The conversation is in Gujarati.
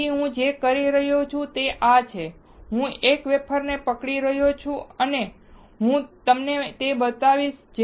તેથી હું જે કરી રહ્યો છું તે આ છે હું એક વેફર પકડી રહ્યો છું અને હું તમને તે બતાવીશ